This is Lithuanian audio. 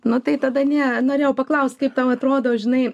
nu tai tada ne norėjau paklaust kaip tau atrodo žinai